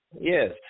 yes